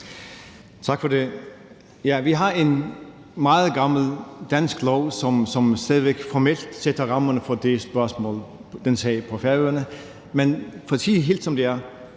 Tak for det. Ja, vi har en meget gammel dansk lov, som stadig væk formelt sætter rammerne for det spørgsmål, den sag på Færøerne. Men for at sige det helt, som det er: